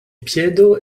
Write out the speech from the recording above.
piedo